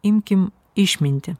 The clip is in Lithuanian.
imkim išmintį